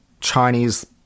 Chinese